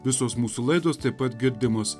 visos mūsų laidos taip pat girdimos